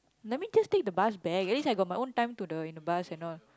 let me just take the bus back at least I got my own time to the in the bus and all